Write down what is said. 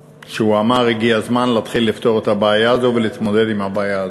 שאמר: הגיע הזמן להתחיל לפתור את הבעיה הזאת ולהתמודד עם הבעיה הזאת.